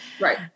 Right